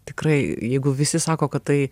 tikrai jeigu visi sako kad tai